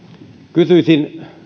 kysyisin